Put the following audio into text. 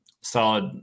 solid